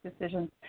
decisions